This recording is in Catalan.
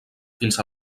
fins